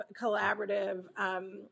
collaborative